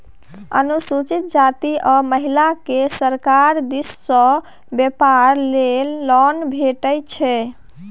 अनुसूचित जाती आ महिलाकेँ सरकार दिस सँ बेपार लेल लोन भेटैत छै